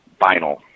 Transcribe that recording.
vinyl